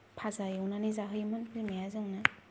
भाजा एवनानै जाहोयोमोन बिमाया जोंना